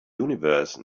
universe